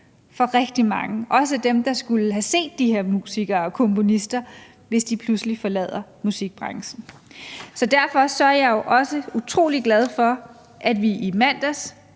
for rigtig mange, også dem, der skulle have set de her musikere og komponister, hvis de pludselig forlod musikbranchen. Så derfor er jeg også utrolig glad for, at vi i mandags,